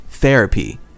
therapy